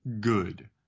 good